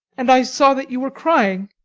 and i saw that you were crying